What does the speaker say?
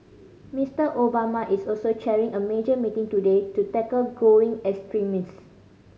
Mister Obama is also chairing a major meeting today to tackle growing extremism